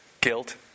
guilt